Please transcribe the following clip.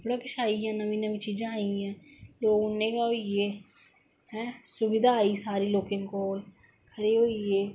आई गे नम्मी नमी चीजां आई गेइयां लोक उन्ने गै होई गे है सुविधा आई सारी लोकें कोल खरे होई गे